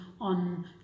on